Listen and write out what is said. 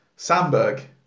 Sandberg